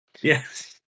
Yes